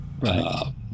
Right